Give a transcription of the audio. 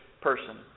person